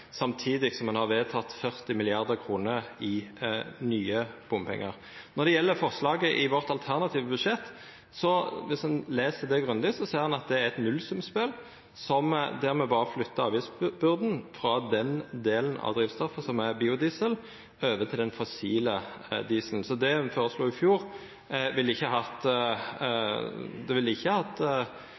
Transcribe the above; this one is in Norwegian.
samtidig som ein har vedteke 40 mrd. kr i nye bompengar. Når det gjeld forslaget i vårt alternative budsjett, ser ein, dersom ein les det grundig, at det er eit nullsumspel der me berre flyttar avgiftsbyrda frå den delen av drivstoffet som er biodiesel, over til den fossile dieselen. Så det me foreslo i fjor, ville ikkje hatt særleg betydning for pumpeprisen. Det ville sannsynlegvis heller ikkje hatt den store klimaeffekten. Etter at